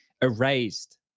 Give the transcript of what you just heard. erased